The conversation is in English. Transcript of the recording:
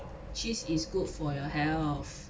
cheese is good for your health